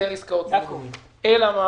אלא מה